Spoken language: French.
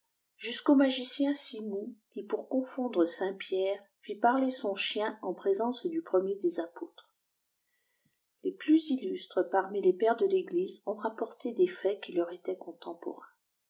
jusqu'au magicien simoujui pour confondre saint pierre fit parler son chien en présence du premier des apôtres les plus illustres parmi les pères de l'église ont rapporté des faits qui leur étaient contemporains